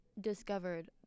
discovered